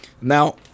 Now